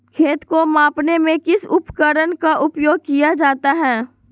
खेत को मापने में किस उपकरण का उपयोग किया जाता है?